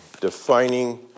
defining